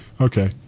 Okay